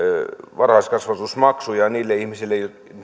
varhaiskasvatusmaksuja